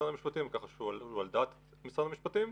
המשפטי כך שהוא על דעת משרד המשפטים.